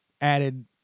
added